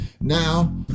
Now